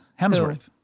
Hemsworth